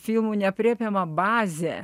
filmų neaprėpiama bazė